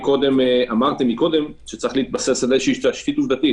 אמרתם קודם שצריך להתבסס על תשתית עובדתית.